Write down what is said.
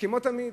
וכמו תמיד,